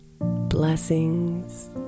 Blessings